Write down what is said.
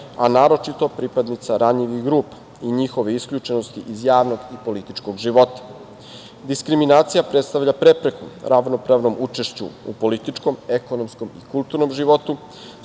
a naročito pripadnica ranjivih grupa i njihove isključenosti iz javnog i političkog života. Diskriminacija predstavlja prepreku ravnopravnom učešću u političkom, ekonomskom i kulturnom životu,